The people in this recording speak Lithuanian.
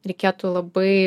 reikėtų labai